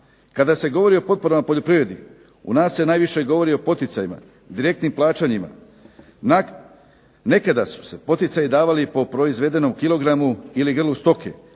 Kada se govori o potporama poljoprivredi u nas se najviše govori o poticajima, direktnim plaćanjima. Nekada su se poticaji davali po proizvedenom kilogramu ili grlu stoke,